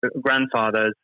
grandfather's